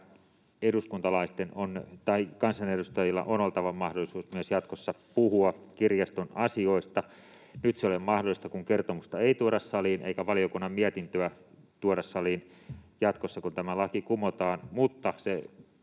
asiakkaista. Kansanedustajilla on oltava mahdollisuus myös jatkossa puhua kirjaston asioista. Nyt se ei ole mahdollista, kun kertomusta ei tuoda saliin eikä valiokunnan mietintöä tuoda saliin jatkossa, kun tämä laki kumotaan, mutta se